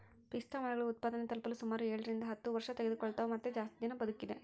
ಪಿಸ್ತಾಮರಗಳು ಉತ್ಪಾದನೆ ತಲುಪಲು ಸುಮಾರು ಏಳರಿಂದ ಹತ್ತು ವರ್ಷತೆಗೆದುಕೊಳ್ತವ ಮತ್ತೆ ಜಾಸ್ತಿ ದಿನ ಬದುಕಿದೆ